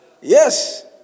Yes